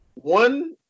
One